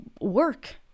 work